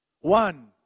one